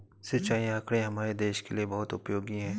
सिंचाई आंकड़े हमारे देश के लिए बहुत उपयोगी है